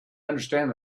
understand